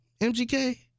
MGK